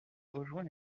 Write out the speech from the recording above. rejoint